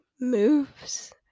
moves